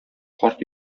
карт